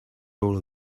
rule